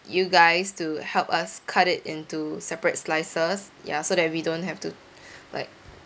you guys to help us cut it into separate slices ya so that we don't have to like